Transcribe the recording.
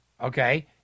okay